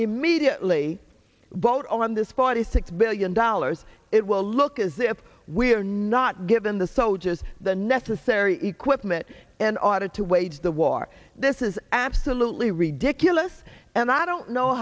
immediately vote on this forty six billion dollars it will look as if we are not given the soldiers the necessary equipment and order to wage the war this is absolutely ridiculous and i don't know